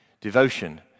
devotion